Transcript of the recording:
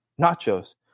nachos